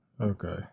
Okay